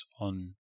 On